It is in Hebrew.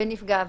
ונפגע העבירה,